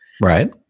Right